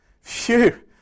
Phew